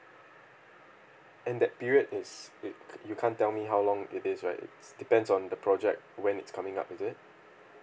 and that period is it you can't tell me how long it is right it's depends on the project when it's coming up is it